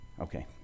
okay